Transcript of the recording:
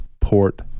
port